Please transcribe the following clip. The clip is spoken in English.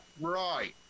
Right